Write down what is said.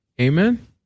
Amen